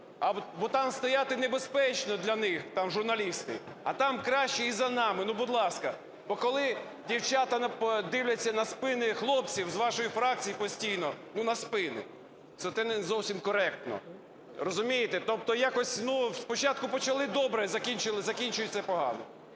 бо там стояти небезпечно для них, там журналісти. А там краще і за нами, ну, будь ласка. Бо коли дівчата дивляться на спини хлопців з вашої фракції постійно, ну, на спини, це не зовсім коректно, розумієте. Тобто якось… спочатку почали добре, закінчується погано.